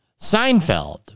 Seinfeld